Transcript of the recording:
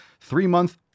three-month